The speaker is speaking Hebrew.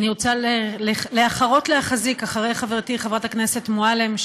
אני רוצה להחרות להחזיק אחרי חברתי חברת הכנסת מועלם,